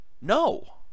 No